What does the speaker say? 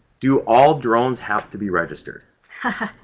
do all drones have to be registered?